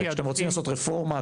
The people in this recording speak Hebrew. כשאתם רוצים לעשות רפורמה,